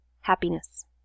happiness